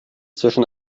zwischen